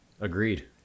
Agreed